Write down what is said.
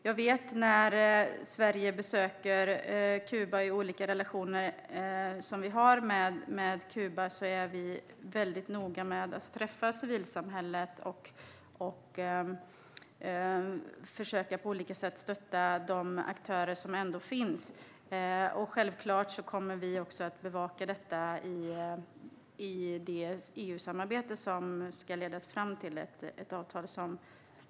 När vi i Sverige besöker Kuba i fråga om olika relationer som vi har med landet är vi mycket noga med att träffa civilsamhället, och vi försöker på olika sätt stötta de aktörer som ändå finns. Självklart kommer vi också att bevaka detta i det EU-samarbete som ska leda fram till ett avtal.